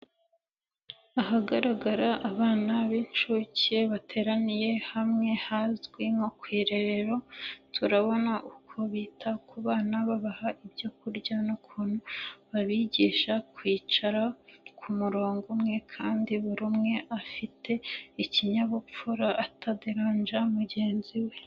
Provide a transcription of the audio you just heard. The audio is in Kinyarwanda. Ahagaragara abana b'incuke bateraniye hamwe hazwi nko ku irerero. Turabona uku bita ku bana babaha ibyo kurya n'ukuntu babigisha kwicara ku murongo umwe, kandi buri umwe afite ikinyabupfura ataderanja mugenzi we.